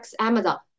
Amazon